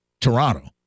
Toronto